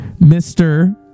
Mr